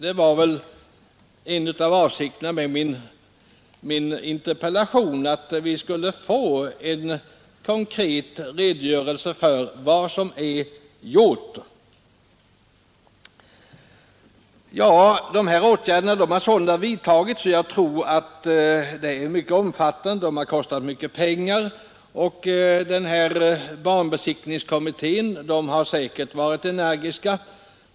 Det var väl en av avsikterna med min interpellation att vi skulle få en konkret redogörelse för vad som är gjort. De åtgärder som alltså vidtagits tror jag har varit mycket omfattande och kostsamma. Banbesiktningskommittén har säkert varit energisk.